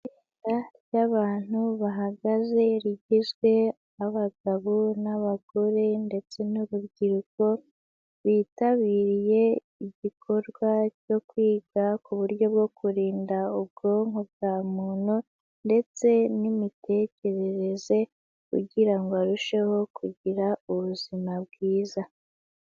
Itsinda ry'abantu bahagaze, rigizwe n'abagabo, n'abagore, ndetse n'urubyiruko, bitabiriye igikorwa cyo kwiga ku buryo bwo kurinda ubwonko bwa muntu, ndetse n'imitekerereze kugira ngo arusheho kugira ubuzima bwiza.